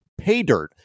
paydirt